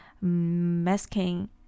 masking